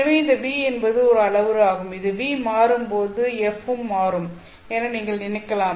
எனவே இந்த v என்பது ஒரு அளவுரு ஆகும் இது v மாறும்போது f ம் மாறும் என நீங்கள் நினைக்கலாம்